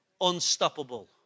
unstoppable